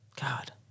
God